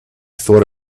thought